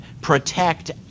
protect